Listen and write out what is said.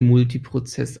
multiprozess